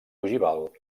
ogival